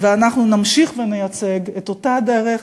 ואנחנו נמשיך ונייצג את אותה הדרך,